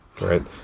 Right